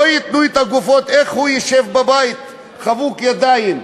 לא ייתנו את הגופות, איך הוא ישב בבית חבוק ידיים?